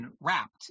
wrapped